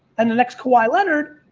and the next kawhi leonard,